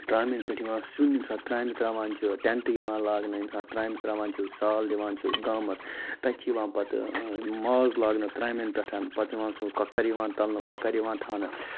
ترامٮ۪ن پٮ۪ٹھ یِوان سِیُن ییٚمہِ ساتہٕ ترامہِ تراوان چھِ ٹیٚنٹہٕ یِوان لاگنہٕ ییٚمہِ ساتہٕ ترامہِ ترٛاوان چھِ أسۍ سال دِوان چھِ گامَس تَتہِ چھِ یِوان پَتہٕ ماز لاگنہٕ ترامٮ۪ن پٮ۪ٹھ پَتہٕ یِوان سُہ کۄکَر یِوان تَلنہٕ کۄکَر یِوان تھانہٕ